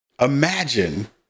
imagine